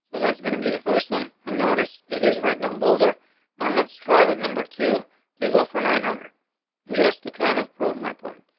that's gonna be the first one i and notice it is right now. boulder on. let's try with number two to go for nine hundred just to kind of prove my point.